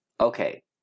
Okay